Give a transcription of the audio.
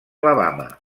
alabama